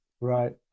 Right